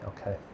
Okay